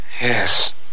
Yes